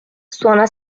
suona